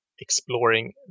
exploring